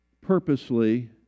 purposely